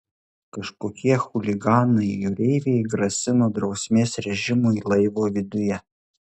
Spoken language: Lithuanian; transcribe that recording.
kažkokie chuliganai jūreiviai grasino drausmės režimui laivo viduje